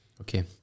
Okay